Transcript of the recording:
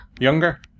Younger